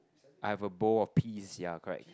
I have a bowl of peas ya correct